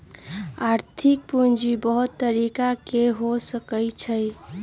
आर्थिक पूजी बहुत तरिका के हो सकइ छइ